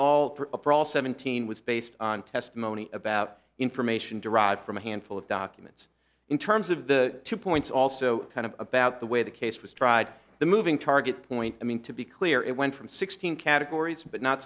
all teen was based on testimony about information derived from a handful of documents in terms of the two points also kind of about the way the case was tried the moving target point i mean to be clear it went from sixteen categories but not